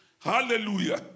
Hallelujah